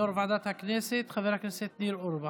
יו"ר ועדת הכנסת חבר הכנסת ניר אורבך,